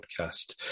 podcast